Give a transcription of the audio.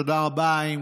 תודה רבה.